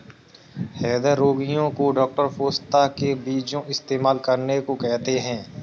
हृदय रोगीयो को डॉक्टर पोस्ता के बीजो इस्तेमाल करने को कहते है